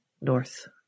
north